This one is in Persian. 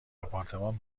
آپارتمان